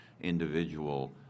individual